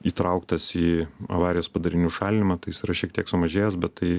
įtrauktas į avarijos padarinių šalinimą tai jis yra šiek tiek sumažėjęs bet tai